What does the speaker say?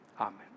Amen